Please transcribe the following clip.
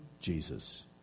Jesus